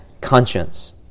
conscience